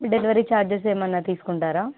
delivery charges ఏమైనా తీసుకుంటారా